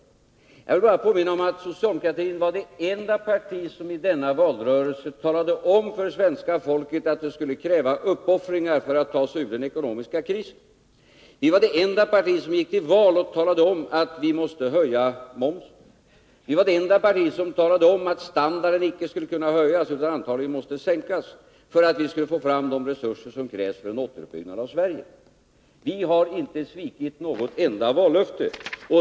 Men låt mig bara påminna om att socialdemokraterna var det enda partii denna valrörelse som talade om för svenska folket att det skulle krävas uppoffringar för att vi skulle kunna ta oss ur den ekonomiska krisen. Vi var det enda parti som gick till val och talade om att vi måste höja momsen. Vi var det enda parti som talade om att standarden icke skulle kunna höjas, utan antagligen måste sänkas för att vi skulle kunna få fram de resurser som krävs för en återuppbyggnad av Sverige. Vi har inte svikit något enda vallöfte.